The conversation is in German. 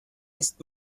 ist